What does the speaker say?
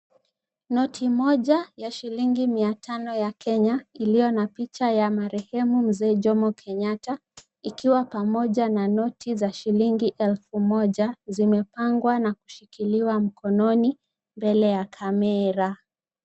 Noti moja ya shillingi mia tano ya Kenya iliyo na picha ya marehemu Mzee Jomo Kenyatta ikiwa pamoja na noti za shilingi elfu, zimepangwa na kushikiliwa mkononi mbele ya kamera.